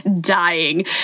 dying